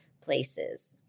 places